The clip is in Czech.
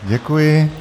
Děkuji.